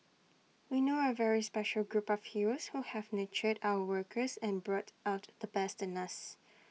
we know A very special group of heroes who have nurtured our workers and brought out the best in us